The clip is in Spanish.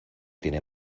tiene